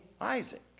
Isaac